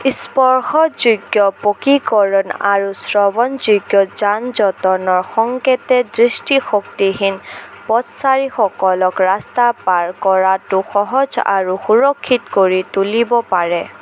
স্পৰ্শযোগ্য পকীকৰণ আৰু শ্ৰৱণযোগ্য যান জঁটৰ ন সংকেতে দৃষ্টিশক্তিহীন পথচাৰীসকলক ৰাস্তা পাৰ কৰাটো সহজ আৰু সুৰক্ষিত কৰি তুলিব পাৰে